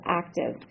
active